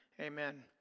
Amen